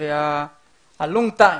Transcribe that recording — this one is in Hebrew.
והטווח הארוך,